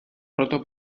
roto